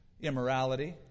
Immorality